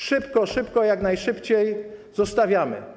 Szybko, szybko, jak najszybciej i zostawiamy.